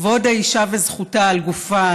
כבוד האישה וזכותה על גופה,